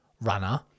runner